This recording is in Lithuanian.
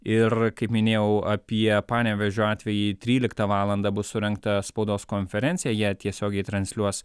ir kaip minėjau apie panevėžio atvejį tryliktą valandą bus surengta spaudos konferencija ją tiesiogiai transliuos